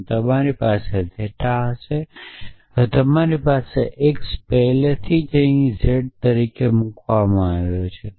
અને તમારી પાસે થેટા હશે હવે તમારી પાસે x પહેલાથી જ અહીં z તરીકે મૂકવામાં આવ્યો છે